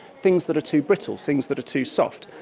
things that are too brittle, things that are too soft.